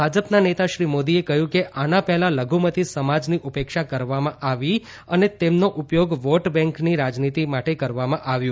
ભાજપ નેતા શ્રી મોદીએ કહયું કે આના પહેલા લઘુમતી સમાજની ઉપેક્ષા કરવામાં આવી અને તેમનો ઉપયોગ વોટ બેંકની રાજનીતી માટે કરવામાં આવ્યું